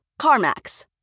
CarMax